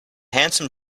handsome